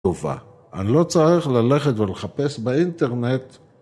אני לא צריך ללכת ולחפש באינטרנט